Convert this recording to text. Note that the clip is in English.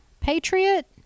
patriot